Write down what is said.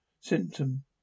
symptom